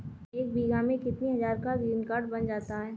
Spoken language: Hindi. एक बीघा में कितनी हज़ार का ग्रीनकार्ड बन जाता है?